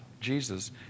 Jesus